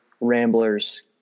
ramblers